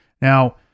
Now